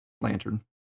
lantern